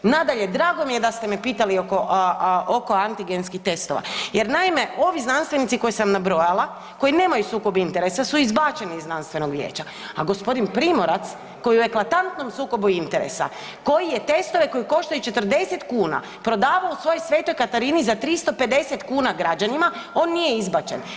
Nadalje, drago mi je da ste me pitali oko antigenskih testova, jer naime ovi znanstvenici koje sam nabrojala koji nemaju sukob interesa su izbačeni iz Znanstvenog vijeća, a gospodin Primorac koji je u eklatantnom sukobu interesa koji je testove koji koštaju 40 kuna prodavao u svojoj Svetoj Katarini za 350 kuna građanima on nije izbačen.